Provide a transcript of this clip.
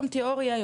יום תאוריה,